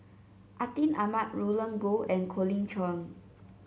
Atin Amat Roland Goh and Colin Cheong